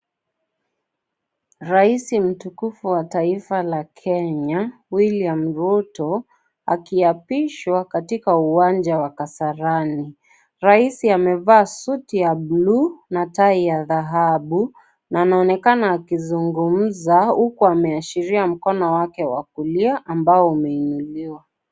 Raisi mtukufu wa Taifa la Kenya, William Ruto, akiapishwa katika uwanja wa Kasarani. Raisi amevaa suti ya (CS)blue(CS) na tai ya dhahabu na anaonekana akizungumuza huku ameashiria mkono wake wa kulia ambao umeinuliwa.